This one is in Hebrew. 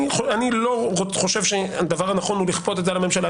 אני לא חושב שהדבר הנכון לכפות את זה על הממשלה.